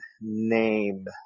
name